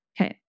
Okay